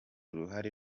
uruhare